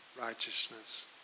righteousness